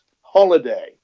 holiday